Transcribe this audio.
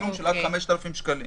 תשלום של עד 5,000 שקלים.